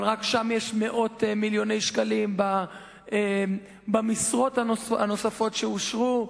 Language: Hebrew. אבל רק שם יש מאות מיליוני שקלים במשרות הנוספות שאושרו.